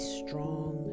strong